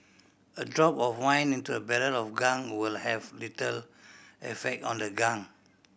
a drop of wine into a barrel of gunk will have little effect on the gunk